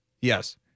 Yes